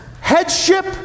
Headship